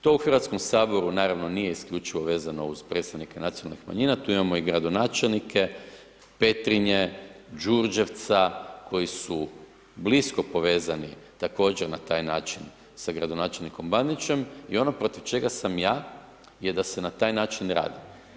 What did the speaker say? To u HS, naravno, nije isključivo vezano uz predstavnike nacionalnih manjina, tu imamo i gradonačelnike Petrinje, Đurđevca koji su blisko povezani također na taj način sa gradonačelnikom Bandićem i ono protiv čega sam ja je da se na taj način radi.